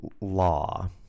law